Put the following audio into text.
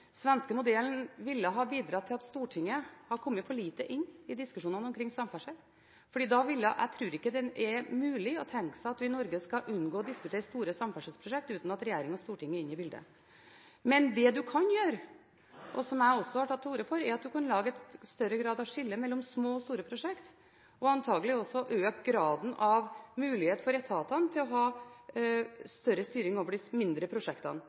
svenske modellen ville ha bidratt til at Stortinget hadde kommet for lite inn i diskusjonene omkring samferdsel. Jeg tror ikke det er mulig å tenke seg at vi i Norge kan unngå å diskutere store samferdselsprosjekt uten at regjering og storting er inne i bildet. Men det man kan gjøre, som jeg også har tatt til orde for, er at man kan lage større grad av skille mellom små og store prosjekter, og antagelig også øke graden av mulighet for etatene til å ha større styring over de mindre prosjektene.